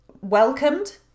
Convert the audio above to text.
welcomed